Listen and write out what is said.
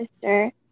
sister